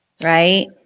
right